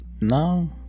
No